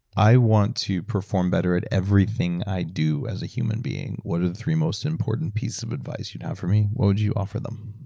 i want to perform better at everything i do as a human being. what are the three most important piece of advice you'd have for me? what would you offer them?